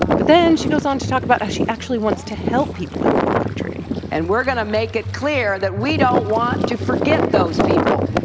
but then she goes on to talk about how she actually wants to help people in coal country and we're going to make it clear that we don't want to forget those people.